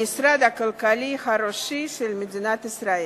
המשרד הכלכלי הראשי של מדינת ישראל.